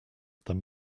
than